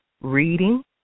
reading